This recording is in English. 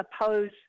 oppose